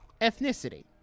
ethnicity